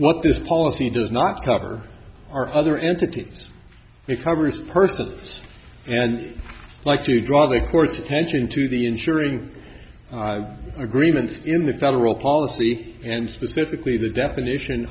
what this policy does not cover are other entities it covers person and like to draw the court's attention to the ensuring agreements in the federal policy and specifically the definition